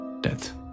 death